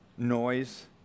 noise